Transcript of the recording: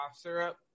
Syrup